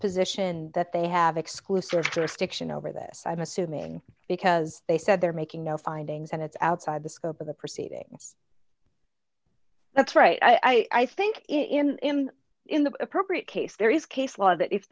position that they have exclusive jurisdiction over this i'm assuming because they said they're making no findings and it's outside the scope of the proceeding that's right i think in in the appropriate case there is case law that if